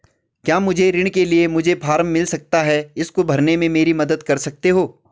क्या मुझे ऋण के लिए मुझे फार्म मिल सकता है इसको भरने में मेरी मदद कर सकते हो?